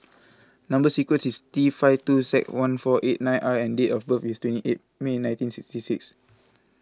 Number Sequence is T five two seven one four eight nine R and date of birth is twenty eight May nineteen sixty six